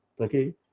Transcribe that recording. Okay